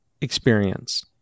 experience